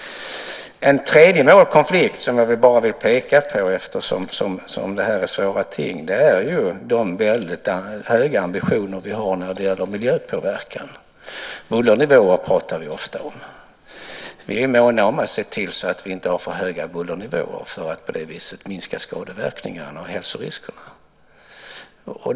En annan målkonflikt som jag vill peka på, eftersom det här är svåra ting, är de väldigt höga ambitioner vi har när det gäller miljöpåverkan. Vi pratar ofta om bullernivåer. Vi är måna om att se till att vi inte har för höga bullernivåer för att på det viset minska skadeverkningarna och hälsoriskerna.